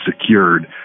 secured